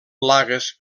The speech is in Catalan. plagues